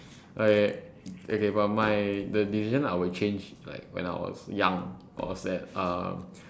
okay okay but my the decision I would change is like when I was young was at uh